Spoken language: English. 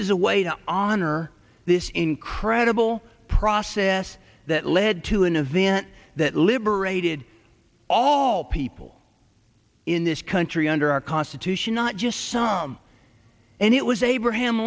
is a way to honor this incredible process that led to an event that liberated all people in this country under our constitution not just some and it was abraham